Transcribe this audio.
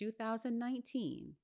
2019